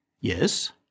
Yes